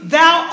Thou